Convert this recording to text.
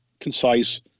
concise